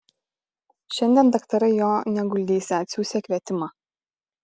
šiandien daktarai jo neguldysią atsiųsią kvietimą